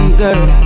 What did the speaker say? girl